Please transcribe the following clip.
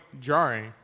jarring